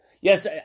Yes